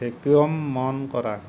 vacuum on কৰা